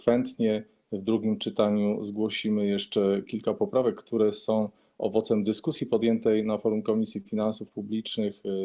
W drugim czytaniu zgłosimy jeszcze kilka poprawek, które są owocem dyskusji podjętej na forum Komisji Finansów Publicznych.